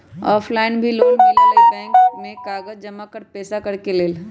Offline भी loan मिलहई bank में कागज जमाकर पेशा करेके लेल?